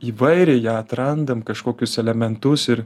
įvairiai ją atrandam kažkokius elementus ir